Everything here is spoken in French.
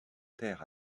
terre